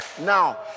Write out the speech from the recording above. Now